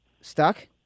Stuck